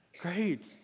Great